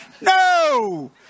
No